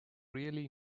really